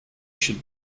should